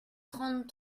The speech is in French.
trente